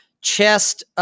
chest